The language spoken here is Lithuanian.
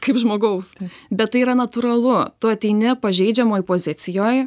kaip žmogaus bet tai yra natūralu tu ateini pažeidžiamoj pozicijoj